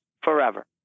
forever